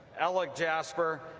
ella jasper,